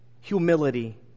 humility